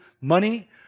money